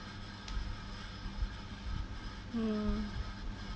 mm